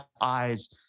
eyes